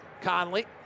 Conley